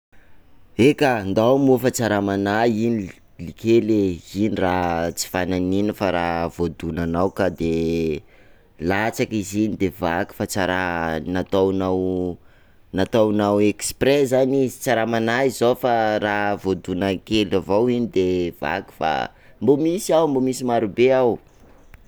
Eka, ndao moa, fa tsa raha manahy iny li- likely e, iny raha tsy fanahiniana fa raha voadonanao fa de latsaka izy iny de vaky fa tsa raha nataonao- nataonao exprés zany izy, tsa raha manahy zao fa raha voadona kely avao iny de vaky fa mbô misy, mbô misy maro be ao.